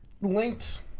linked